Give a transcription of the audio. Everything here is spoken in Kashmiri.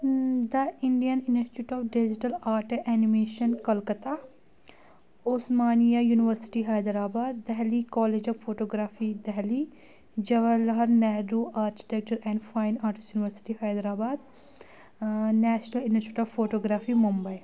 the Indian institute of digital art and animation Kolkata Osmania university Hyderabad Delhi college of photography Delhi Jawahar Lal Nehru architecture and fine arts university Hyderabad national institute of photography Mumbai